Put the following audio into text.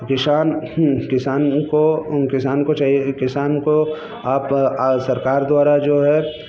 किसान किसान को किसान को चाहिए कि किसान को आप सरकार द्वारा जो है